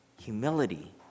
humility